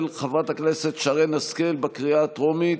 של חברת הכנסת שרן השכל, בקריאה טרומית.